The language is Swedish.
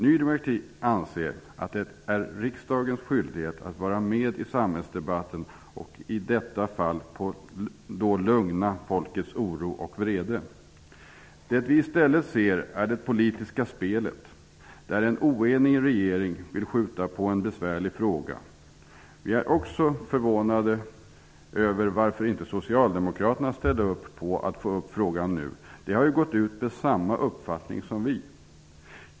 Ny demokrati anser att det är riksdagens skyldighet att vara med i samhällsdebatten och i detta fall lugna folkets oro och vrede. Det vi i stället ser är det politiska spelet, där en oenig regering vill skjuta på en besvärlig fråga. Vi är också förvånade över att socialdemokraterna inte ställde upp på att få frågan behandlad nu. De har ju gått ut med samma uppfattning som vi.